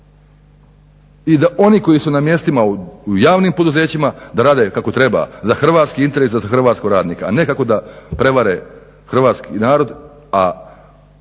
I da oni koji su na mjestima u javnim poduzećima da rade kako treba za hrvatski interes, za hrvatskog radnika, a ne kako da prevare hrvatski narod, a